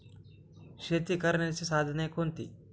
शेती करण्याची साधने कोणती?